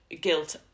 guilt